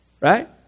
right